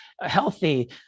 healthy